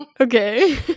Okay